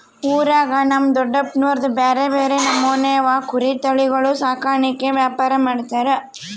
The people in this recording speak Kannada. ಊರಾಗ ನಮ್ ದೊಡಪ್ನೋರ್ದು ಬ್ಯಾರೆ ಬ್ಯಾರೆ ನಮೂನೆವು ಕುರಿ ತಳಿಗುಳ ಸಾಕಾಣಿಕೆ ವ್ಯಾಪಾರ ಮಾಡ್ತಾರ